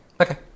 Okay